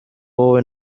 wowe